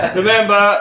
remember